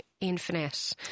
infinite